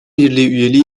üyeliği